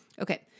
Okay